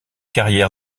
carrière